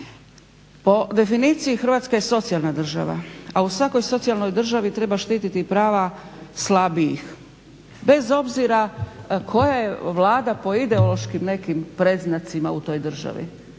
Po definiciji Hrvatska je socijalna država, a u svakoj socijalnoj državi treba štititi prava slabijih bez obzira koja je Vlada po ideološkim nekim predznacima u toj državi.